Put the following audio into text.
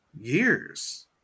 years